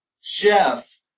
chef